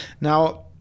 Now